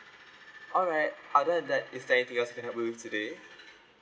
alright other then that is there anything else I can help you with today